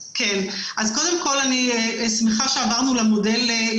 קודם כול, אני שמחה שעברנו למודל האיטלקי.